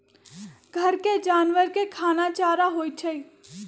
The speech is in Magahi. घर के जानवर के खाना चारा होई छई